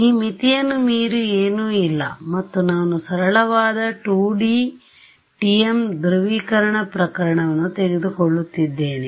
ಈ ಮಿತಿಯನ್ನು ಮೀರಿ ಏನು ಇಲ್ಲ ಮತ್ತು ನಾನು ಸರಳವಾದ 2D TM ಧ್ರುವೀಕರಣ ಪ್ರಕರಣವನ್ನು ತೆಗೆದುಕೊಳ್ಳುತ್ತಿದ್ದೇನೆ